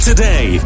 Today